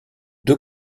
deux